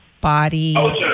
body